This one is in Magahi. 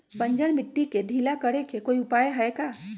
बंजर मिट्टी के ढीला करेके कोई उपाय है का?